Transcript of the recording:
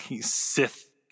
Sith